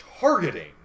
targeting